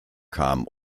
kam